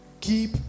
Keep